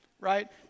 Right